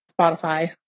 Spotify